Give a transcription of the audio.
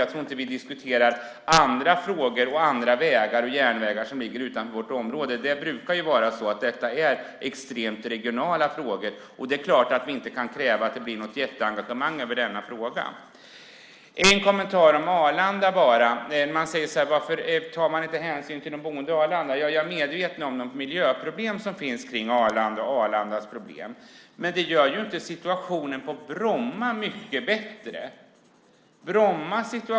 Jag tror inte att vi diskuterar andra frågor, andra vägar och andra järnvägar som ligger utanför vårt område. Det brukar vara extremt regionala frågor. Det är klart att vi inte kan kräva något jätteengagemang i denna fråga. Jag har en kommentar om Arlanda. Man säger så här: Varför tas det inte hänsyn till de boende vid Arlanda? Jag är medveten om de miljöproblem och andra problem som finns kring Arlanda. Men det gör ju inte situationen på Bromma så mycket bättre!